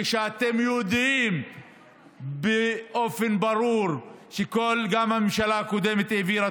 כשאתם יודעים באופן ברור שגם הממשלה הקודמת העבירה